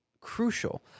crucial